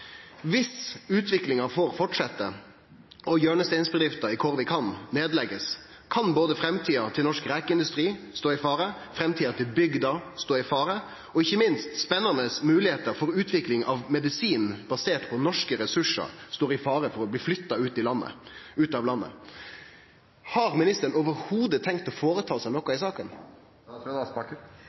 utviklinga får fortsetje og hjørnesteinsbedrifta i Kårvikhamn blir lagd ned, kan framtida til norsk rekeindustri stå i fare, framtida til bygda stå i fare, og ikkje minst kan spennande moglegheiter for utvikling av medisin basert på norske ressursar stå i fare for å bli flytta ut av landet. Har ministeren i det heile tenkt å gjere noko i saka?